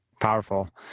Powerful